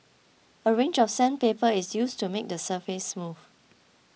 a range of sandpaper is used to make the surface smooth